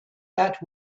that